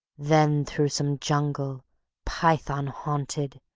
then through some jungle python-haunted,